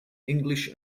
english